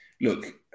look